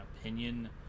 opinion